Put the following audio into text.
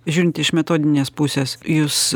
žiūrint iš metodinės pusės jus